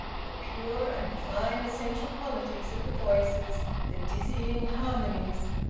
the pure and fine essential qualities of the voices, the dizzying harmonies,